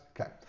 Okay